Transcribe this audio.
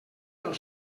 del